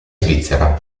svizzera